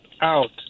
out